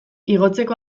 igotzeko